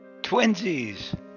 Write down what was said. Twinsies